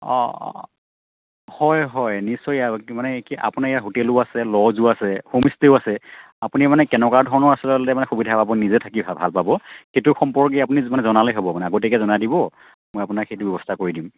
অ' হয় হয় নিশ্চয় মানে কি আপোনাৰ ইয়াত হোটেলো আছে ল'ডজো আছে হোমষ্টে'ও আছে আপুনি মানে কেনেকুৱা ধৰণৰ আচলতে মানে সুবিধা পাব নিজে থাকি ভাল পাব সেইটো সম্পৰ্কে আপুনি জনালে হ'ব মানে আগতীয়াকৈ জনাই দিব মই আপোনাক সেইটো ব্যৱস্থা কৰি দিম